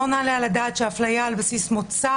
ולא נעלה על הדעת שאפליה על בסיס מוצא